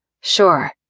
sure